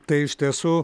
tai iš tiesų